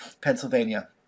Pennsylvania